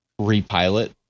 repilot